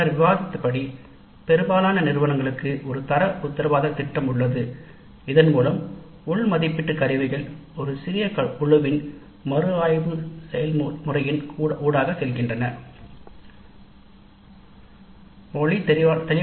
முன்னர் விவாதித்தபடி பெரும்பாலான நிறுவனங்கள் தர உத்தரவாதத் திட்டத்தைக் கொண்டுள்ளன உள் மதிப்பீட்டு கருவிகள் மொழி தெளிவானதாக இருப்பதை உறுதி செய்ய ஒரு சிறிய மதிப்பாய்வு செயல்முறையின் வழியாக செல்கின்றன